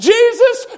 Jesus